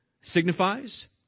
signifies